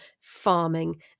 farming